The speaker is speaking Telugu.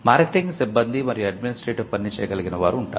మార్కెటింగ్ సిబ్బంది మరియు అడ్మినిస్ట్రేటివ్ పనిని చేయగలిగిన వారు ఉంటారు